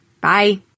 Bye